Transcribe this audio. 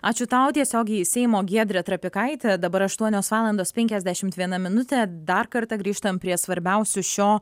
ačiū tau tiesiogiai iš seimo giedrė trapikaitė dabar aštuonios valandos penkiasdešimt viena minutė dar kartą grįžtam prie svarbiausių šio